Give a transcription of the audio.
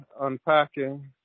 unpacking